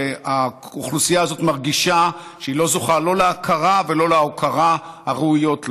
כשהאוכלוסייה הזאת מרגישה שהיא לא זוכה לא להכרה ולא להוקרה הראויות לה,